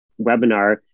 webinar